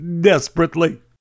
Desperately